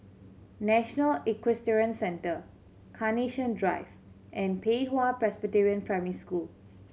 National Equestrian Centre Carnation Drive and Pei Hwa Presbyterian Primary School